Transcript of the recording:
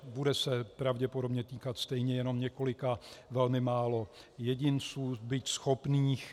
Bude se pravděpodobně týkat stejně jenom několika velmi málo jedinců, byť schopných.